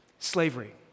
Slavery